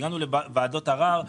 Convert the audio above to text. הגענו לוועדות ערר.